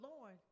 Lord